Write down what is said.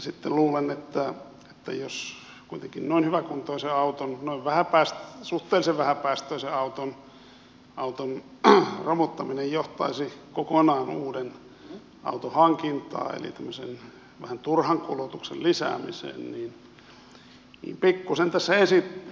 sitten luulen että jos kuitenkin noin hyväkuntoisen auton noin suhteellisen vähäpäästöisen auton romuttaminen johtaisi kokonaan uuden auton hankintaan eli tämmöisen turhan kulutuksen lisäämiseen niin pikkuisen tässä epäilyttää